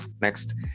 next